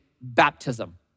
baptism